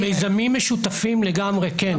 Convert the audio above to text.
במיזמים משותפים לגמרי כן.